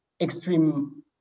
extreme